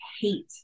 hate